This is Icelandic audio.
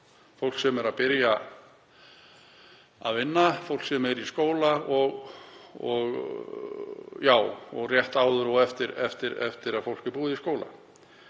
fólk sem er að byrja að vinna, fólk sem er í skóla og rétt áður og eftir að fólk er búið í skóla.